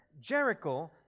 Jericho